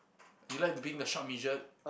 you like being the short midget